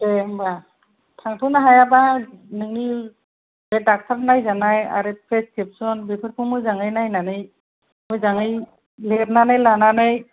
दे होमबा थांथ'नो हायाबा नोंनि बे डक्ट'र नायजानाय आरो प्रेसक्रिप्स'न बेफोरखौ मोजाङै नायनानै मोजाङै लिरनानै लानानै